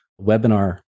webinar